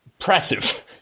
impressive